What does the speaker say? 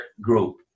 group